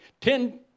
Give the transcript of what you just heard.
Ten